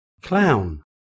Clown